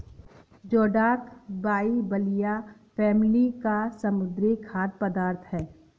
जोडाक Bivalvia family का समुद्री खाद्य पदार्थ है